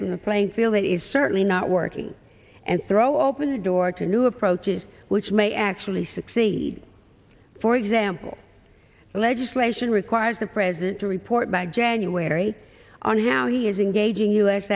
from the playing field that is certainly not working and throw open the door to new approaches which may add really succeed for example the legislation requires the president to report by january on how he is engaging u